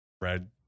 red